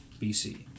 BC